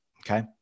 Okay